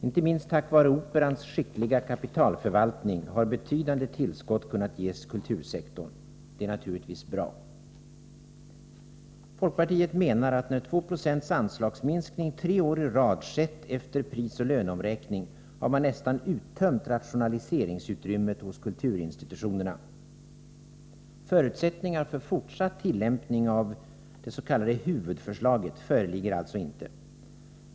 Inte minst tack vare Operans skickliga kapitalförvaltning har betydande tillskott kunnat ges kultursektorn. Det är naturligtvis bra. Folkpartiet menar att när 2 76 anslagsminskning tre år i rad skett efter prisoch löneomräkning, har man nästan uttömt rationaliseringsutrymmet hos kulturinstitutionerna. Förutsättningar för fortsatt tillämpning av det s.k. huvudförslaget föreligger alltså inte.